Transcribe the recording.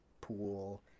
pool